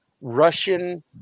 Russian